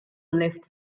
left